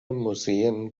museen